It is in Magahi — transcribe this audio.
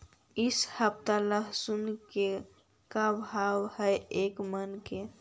इ सप्ताह लहसुन के का भाव है एक मन के?